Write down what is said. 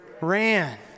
ran